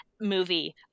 movie